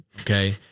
okay